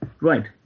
Right